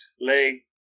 lay